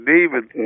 David